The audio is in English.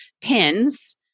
pins